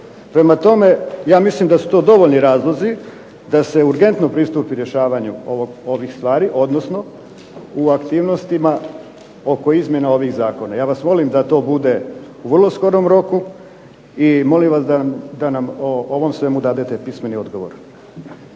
Prema tome, ja mislim da su to dovoljni razlozi da se urgentno pristupi rješavanju ovih stvari, odnosno u aktivnostima oko izmjena ovih zakona. Ja vas molim da to bude u vrlo skorom roku i molim vas da nam o ovom svemu dadete pismeni odgovor.